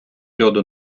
льоду